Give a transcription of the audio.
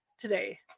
today